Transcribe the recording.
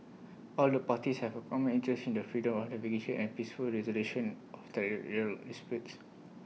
all the parties have A common interest in the freedom of navigation and peaceful resolution of territorial disputes